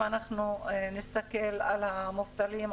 אם אנחנו נסתכל על המובטלים,